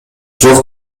жок